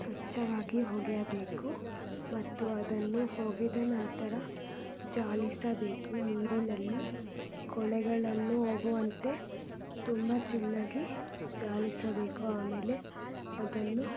ಸ್ವಚ್ಛವಾಗಿ ಒಗೆಯಬೇಕು ಮತ್ತು ಅದನ್ನು ಒಗೆದ ನಂತರ ಜಾಲಿಸಬೇಕು ನೀರಿನಲ್ಲಿ ಕೊಳೆಗಳನ್ನು ಹೋಗುವಂತೆ ತುಂಬ ಚೆನ್ನಾಗಿ ಜಾಲಿಸಬೇಕು ಆಮೇಲೆ ಅದನ್ನು